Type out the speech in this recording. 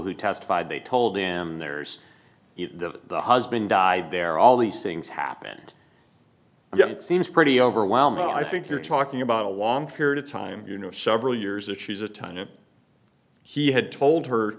who testified they told him there's the husband died there all these things happened yet it seems pretty overwhelming i think you're talking about a long period of time you know several years that she's a time if he had told her